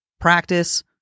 practice